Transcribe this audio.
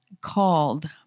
called